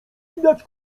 widać